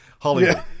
Hollywood